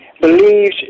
believes